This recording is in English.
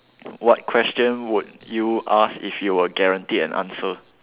what question would you ask if you were guaranteed an answer